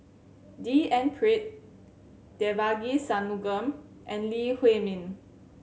D N Pritt Devagi Sanmugam and Lee Huei Min